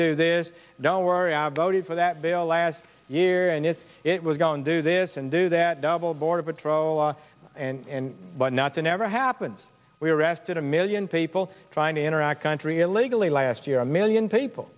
do this don't worry about it for that bill last year and is it was going do this and do that double border patrol and but not the never happened we arrested a million people trying to interact country illegally last year a million people